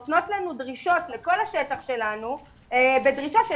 נותנות לנו דרישות לכול השטח שלנו בדרישה של